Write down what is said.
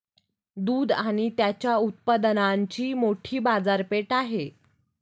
दूध आणि त्याच्या उत्पादनांची मोठी बाजारपेठ आहे